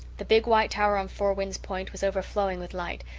the big white tower on four winds point was overflowing with light,